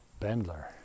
Bendler